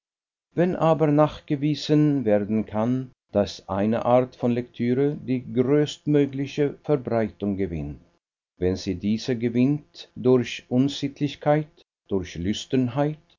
wenn aber nachgewiesen werden kann daß eine art von lektüre die größtmögliche verbreitung gewinnt wenn sie diese gewinnt durch unsittlichkeit durch